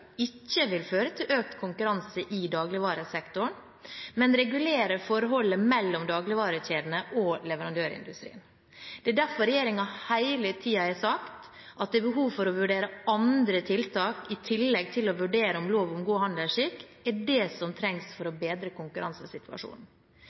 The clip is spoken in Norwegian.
ikke vil føre til økt konkurranse i dagligvaresektoren, men regulere forholdet mellom dagligvarekjedene og leverandørindustrien. Det er derfor regjeringen hele tiden har sagt at det er behov for å vurdere andre tiltak i tillegg til å vurdere om en lov om god handelsskikk er det som trengs for å bedre konkurransesituasjonen.